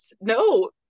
no